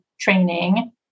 training